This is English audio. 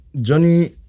Johnny